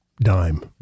dime